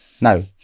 no